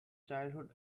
childhood